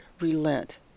relent